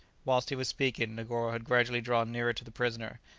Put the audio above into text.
whilst he was speaking, negoro had gradually drawn nearer to the prisoner,